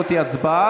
לא תהיה הצבעה,